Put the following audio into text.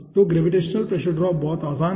तो gravitational pressure drop बहुत सरल है